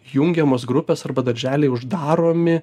jungiamos grupės arba darželiai uždaromi